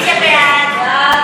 מי נגד?